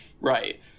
Right